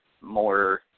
more